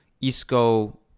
Isco